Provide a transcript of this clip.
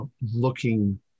looking